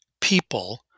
people